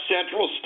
Central